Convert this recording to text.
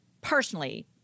personally